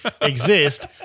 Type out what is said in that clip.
exist